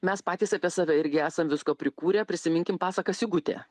mes patys apie save irgi esam visko prikūrę prisiminkim pasaką sigutė